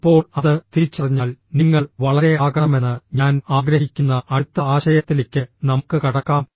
ഇപ്പോൾ അത് തിരിച്ചറിഞ്ഞാൽ നിങ്ങൾ വളരെ ആകണമെന്ന് ഞാൻ ആഗ്രഹിക്കുന്ന അടുത്ത ആശയത്തിലേക്ക് നമുക്ക് കടക്കാം